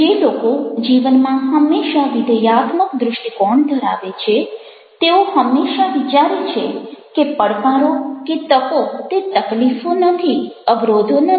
જે લોકો જીવનમાં હંમેશા વિધેયાત્મક દ્રષ્ટિકોણ ધરાવે છે તેઓ હંમેશાં વિચારે છે કે પડકારો કે તકો તે તકલીફો નથી અવરોધો નથી